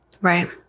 Right